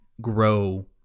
grow